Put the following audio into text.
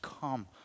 come